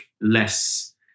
less